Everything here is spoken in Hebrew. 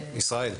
ישראל,